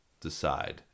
decide